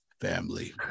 family